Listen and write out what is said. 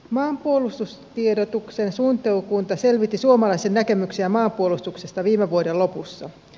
maanpuolustustiedotuksen suunnittelukunta selvitti suomalaisten näkemyksiä maanpuolustuksesta viime vuoden lopussa